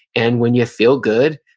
and when you feel good,